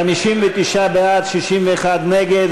59 בעד, 61 נגד.